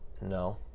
No